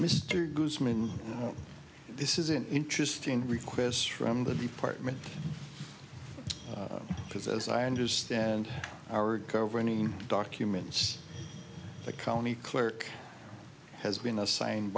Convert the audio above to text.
goodman this is an interesting request from the department because as i understand our governing documents the county clerk has been assigned